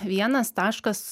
vienas taškas